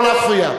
לא להפריע.